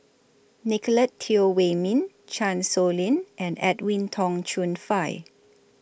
Nicolette Teo Wei Min Chan Sow Lin and Edwin Tong Chun Fai